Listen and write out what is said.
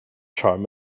charm